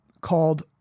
called